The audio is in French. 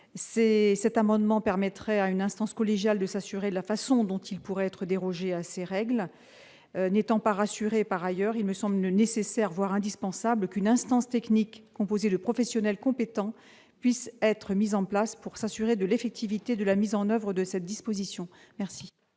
cet amendement permettrait à une instance collégiale de s'assurer de la façon dont il pourrait être dérogé à ces règles n'étant pas rassurés par ailleurs, il me semble nécessaire, voire indispensable qu'une instance technique composé de professionnels compétents puissent être mises en place pour s'assurer de l'effectivité de la mise en oeuvre de cette disposition, merci.